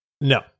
No